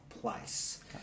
place